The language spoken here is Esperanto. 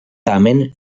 tamen